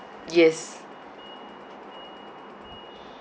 yes